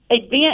event